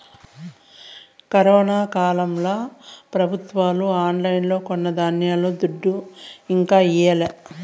corona కాలంల పెబుత్వాలు ఆన్లైన్లో కొన్న ధాన్యం దుడ్డు ఇంకా ఈయలే